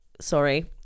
sorry